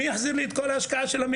מי יחזיר לי את כל ההשקעה שלי?